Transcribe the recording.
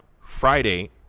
Friday